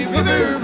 River